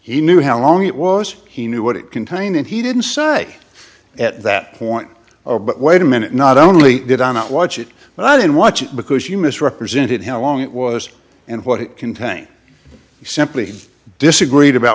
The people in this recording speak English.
he knew how long it was he knew what it contained and he didn't say at that point or but wait a minute not only did i not watch it but i didn't watch it because you misrepresented how long it was and what it contained simply disagreed about